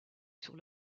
sur